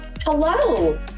Hello